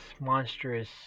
monstrous